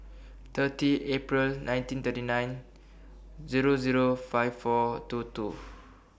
thirty April nineteen thirty nine Zero Zero five four two two